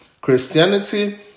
Christianity